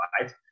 right